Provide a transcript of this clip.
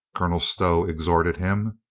colonel stow exhorted him.